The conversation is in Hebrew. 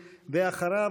ואחריו,